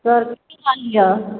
sir कि कहलियै